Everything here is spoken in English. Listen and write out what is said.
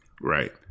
Right